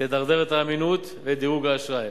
תדרדר את האמינות ואת דירוג האשראי,